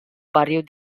varios